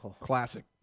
Classic